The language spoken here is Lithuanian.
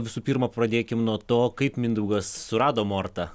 visų pirma pradėkim nuo to kaip mindaugas surado mortą